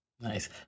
nice